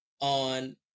on